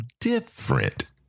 different